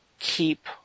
keep